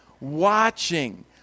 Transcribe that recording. watching